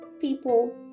people